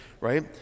right